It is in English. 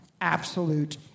absolute